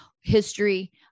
history